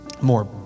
more